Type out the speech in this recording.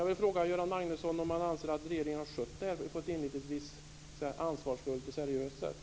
Jag vill fråga Göran Magnusson om han anser att regeringen inledningsvis har skött detta på ett ansvarsfullt och seriöst sätt.